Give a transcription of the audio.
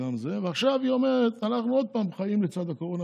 עכשיו היא אומרת עוד פעם: אנחנו חיים לצד הקורונה,